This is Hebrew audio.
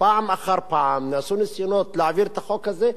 פעם אחר פעם נעשו ניסיונות להעביר את החוק הזה,